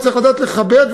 וצריך לדעת לכבד,